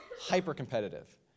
hyper-competitive